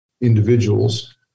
individuals